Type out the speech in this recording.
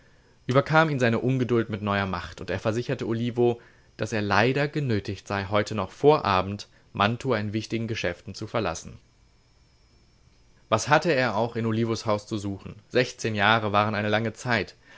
überkam ihn seine ungeduld mit neuer macht und er versicherte olivo daß er leider genötigt sei heute noch vor abend mantua in wichtigen geschäften zu verlassen was hatte er auch in olivos haus zu suchen sechzehn jahre waren eine lange zeit